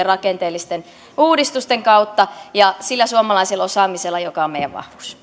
rakenteellisten uudistusten kautta ja sillä suomalaisella osaamisella joka on meidän